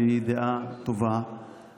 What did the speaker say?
והיא דעה טובה,